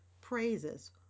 praises